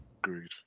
Agreed